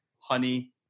honey